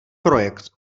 projekt